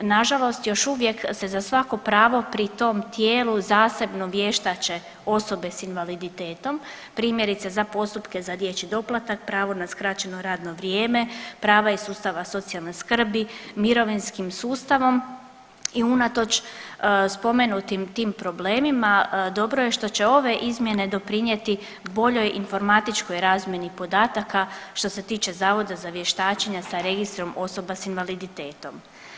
Nažalost još uvijek se za svako pravo pri tom tijelu zasebno vještače osobe s invaliditetom, primjerice za postupke za dječji doplatak, pravo na skraćeno radno vrijeme, prava iz sustava socijalne skrbi, mirovinskim sustavom i unatoč spomenutim tim problemima, dobro je što će ove izmjene doprinijeti boljoj informatičkoj razmjeni podataka, što se tiče Zavoda za vještačenje sa Registrom osoba s invaliditetom.